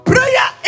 Prayer